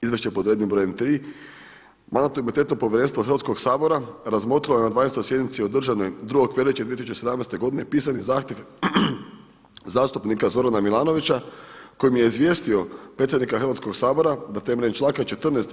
Izvješće pod rednim brojem 3. Mandatno-imunitetno povjerenstvo Hrvatskog sabora razmotrilo je na 12. sjednici održanoj dana 2. veljače 2017. godine pisani zahtjev zastupnika Zorana Milanovića kojim je izvijestio predsjednika Hrvatskog sabora na temelju članka 14.